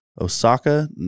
Osaka